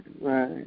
right